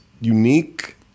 unique